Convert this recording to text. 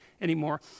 anymore